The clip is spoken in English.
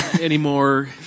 anymore